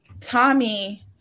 Tommy